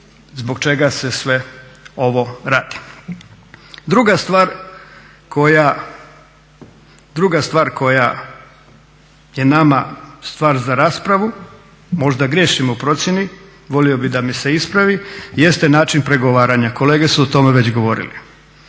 zbog čega se sve ovo radi. Druga stvar koja je nama stvar za raspravu, možda griješim u procjeni, volio bih da me se ispravi, jeste način pregovaranja. Kolege su o tome već govorili